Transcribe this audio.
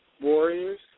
Warriors